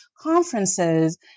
conferences